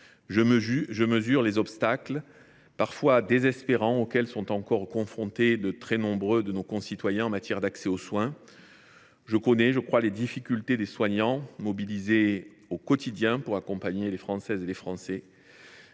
Je mesure les obstacles, parfois désespérants, auxquels est encore confronté un très grand nombre de nos concitoyens en matière d’accès aux soins. Je connais les difficultés des soignants mobilisés au quotidien pour accompagner les Françaises et les Français.